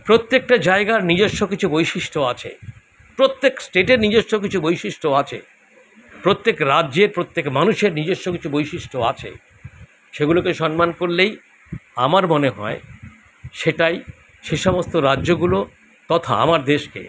প্রত্যেকটা জায়গার নিজস্ব কিছু বৈশিষ্ট্য আছে প্রত্যেক স্টেটের নির্দিষ্ট কিছু বৈশিষ্ট্য আছে প্রত্যেক রাজ্যে প্রত্যেক মানুষের নির্দিষ্ট কিছু বৈশিষ্ট্য আছে সেগুলোকে সন্মান করলেই আমার মনে হয় সেটাই সে সমস্ত রাজ্যগুলো তথা আমার দেশকে